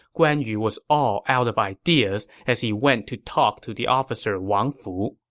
guan yu was all out of ideas as he went to talk to the officer wang fu